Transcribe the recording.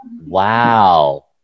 Wow